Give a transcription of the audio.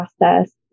process